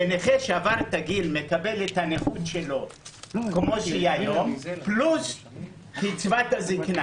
שנכה שעבר את הגיל מקבל את הנכות שלו כמו שהיא היום פלוס קצבת הזקנה.